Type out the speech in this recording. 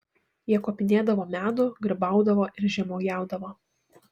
jie kopinėdavo medų grybaudavo ir žemuogiaudavo